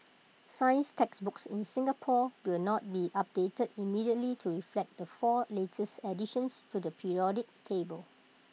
science textbooks in Singapore will not be updated immediately to reflect the four latest additions to the periodic table